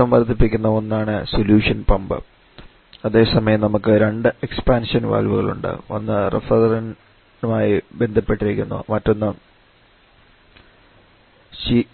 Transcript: മർദ്ദം വർദ്ധിപ്പിക്കുന്ന ഒന്നാണ് സൊല്യൂഷൻ പമ്പ് അതേസമയം നമുക്ക് രണ്ട് എക്സ്പാൻഷൻ വാൽവുകൾ ഉണ്ട് ഒന്ന് റഫ്രിജറന്റുമായി ബന്ധപ്പെട്ടിരിക്കുന്നു മറ്റൊന്ന്